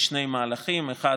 בשני מהלכים: אחד,